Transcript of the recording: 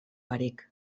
barik